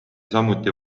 samuti